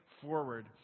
forward